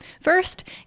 First